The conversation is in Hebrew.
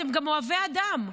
אתם גם אוהבי אדם.